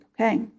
okay